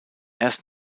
erst